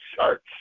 church